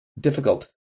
difficult